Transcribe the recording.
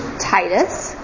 Titus